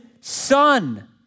son